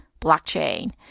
blockchain